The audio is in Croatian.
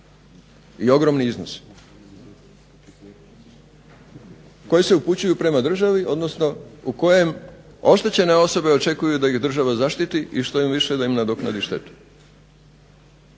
i ogromni iznosi koji se upućuju prema državi, odnosno u kojem oštećene osobe očekuju da ih država zaštiti i što im više da im nadoknadi štetu.